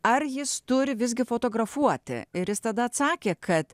ar jis turi visgi fotografuoti ir jis tada atsakė kad